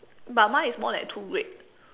but mine is more than two grade